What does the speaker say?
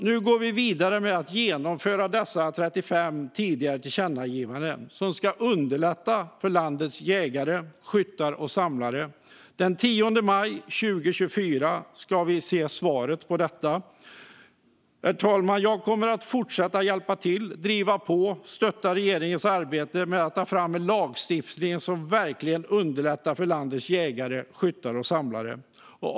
Nu går vi vidare med att genomföra dessa 35 tidigare tillkännagivanden som ska underlätta för landets jägare, skyttar och samlare. Den 10 maj 2024 ska vi se svaret på detta. Herr talman! Jag kommer att fortsätta att hjälpa till och att driva på och stötta regeringens arbete med att ta fram en lagstiftning som verkligen underlättar för landets jägare, skyttar och samlare.